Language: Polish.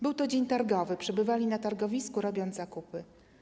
Był to dzień targowy, ludzie przebywali na targowisku, robiąc zakupy.